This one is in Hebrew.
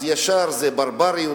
ישר זה ברבריות.